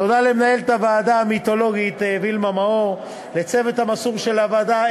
תודה למנהלת הוועדה המיתולוגית וילמה מאור ולצוות המסור של הוועדה,